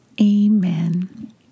Amen